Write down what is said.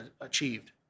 achieved